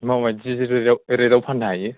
माबायदि रेजा रेडाव फाननो हायो